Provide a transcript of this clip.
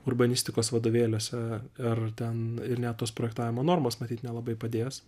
urbanistikos vadovėliuose ar ten ir net tos projektavimo normos matyt nelabai padės